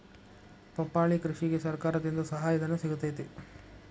ಪಪ್ಪಾಳಿ ಕೃಷಿಗೆ ಸರ್ಕಾರದಿಂದ ಸಹಾಯಧನ ಸಿಗತೈತಿ